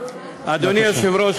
אדוני היושב-ראש,